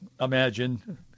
imagine